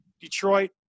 Detroit